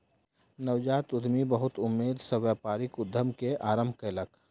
नवजात उद्यमी बहुत उमेद सॅ व्यापारिक उद्यम के आरम्भ कयलक